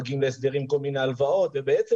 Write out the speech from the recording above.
מגיעים להסדרים עם כל מיני הלוואות ובעצם